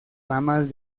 ramas